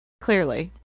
clearly